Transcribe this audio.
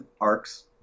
arcs